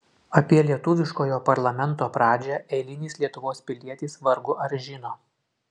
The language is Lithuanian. apie lietuviškojo parlamento pradžią eilinis lietuvos pilietis vargu ar žino